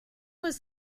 was